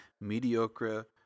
mediocre